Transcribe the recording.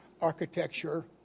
architecture